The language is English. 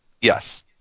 Yes